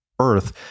earth